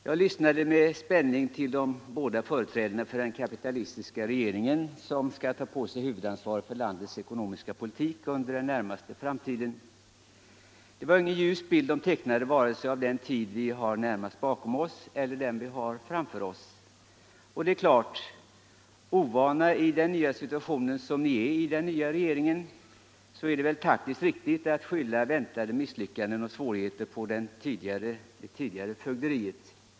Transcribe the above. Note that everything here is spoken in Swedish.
Jag lyssnade med spänning på den kapitalistiska regeringens två företrädare som skall ta på sig huvudansvaret för landets ekonomiska politik under den närmaste framtiden. Det var ingen ljus bild de tecknade, vare sig av den tid vi har närmast bakom oss eller av den vi har framför oss, och det är klart att det med hänsyn till den ovana situationen för den nya regeringen väl är taktiskt riktigt att skylla väntade misslyckanden och svårigheter på det tidigare fögderiet.